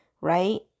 right